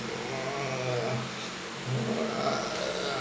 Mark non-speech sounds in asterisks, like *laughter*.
*noise* *noise*